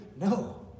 No